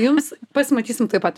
jums pasimatysim taip pat